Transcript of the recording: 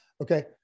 okay